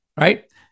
right